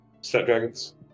Snapdragons